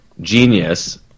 genius